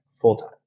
full-time